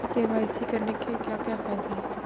KYC करने के क्या क्या फायदे हैं?